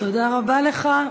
תודה רבה לך.